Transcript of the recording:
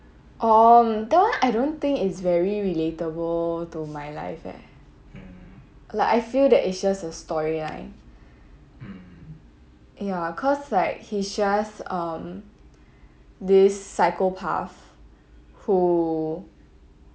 orh that one I don't think is very relatable to my life eh like I feel that it's just a storyline ya cause like he's just um this psychopath who